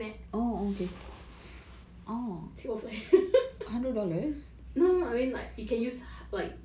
um mac birthday is next month she's been wanting to go singapore flyer mac